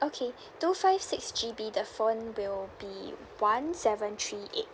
okay two five six G_B the phone will be one seven three eight